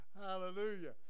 Hallelujah